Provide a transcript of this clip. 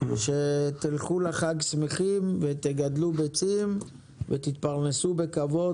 שתלכו לחג שמחים ותגדלו ביצים ותתפרנסו בכבוד,